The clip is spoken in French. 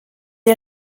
est